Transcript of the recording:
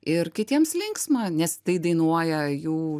ir kitiems linksma nes tai dainuoja jų